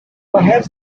perhaps